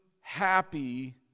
happy